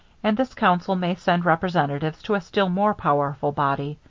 and this council may send representatives to a still more powerful body.